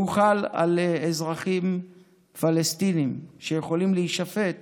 הוא חל על אזרחים פלסטינים, שיכולים להישפט